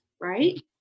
right